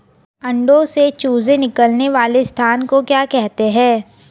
अंडों से चूजे निकलने वाले स्थान को क्या कहते हैं?